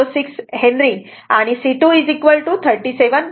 106 H आणि C2 37